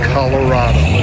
Colorado